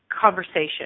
conversation